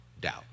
doubt